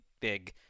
big